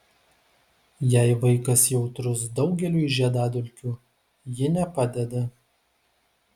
jei vaikas jautrus daugeliui žiedadulkių ji nepadeda